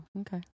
okay